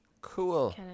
Cool